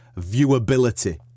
viewability